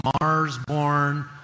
Mars-born